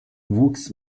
wuchs